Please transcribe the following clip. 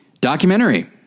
documentary